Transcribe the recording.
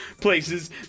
places